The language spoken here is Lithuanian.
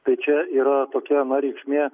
tai čia yra tokia na reikšmė